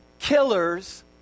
Killers